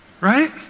Right